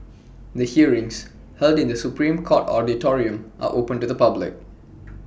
the hearings held in the Supreme court auditorium are open to the public